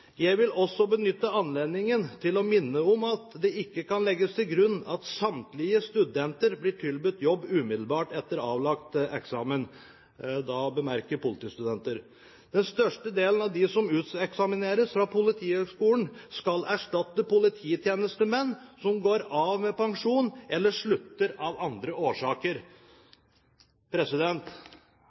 jeg til et brev fra statsråden, der det ble sagt at den største andelen av dem som uteksamineres fra Politihøgskolen, skal erstatte polititjenestemenn som går av med pensjon eller slutter av andre årsaker.